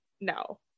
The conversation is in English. No